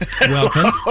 Welcome